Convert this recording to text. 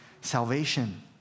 salvation